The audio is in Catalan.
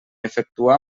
efectuar